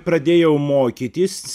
pradėjau mokytis